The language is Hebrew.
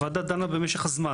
הוועדה דנה במשך הזמן.